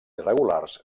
irregulars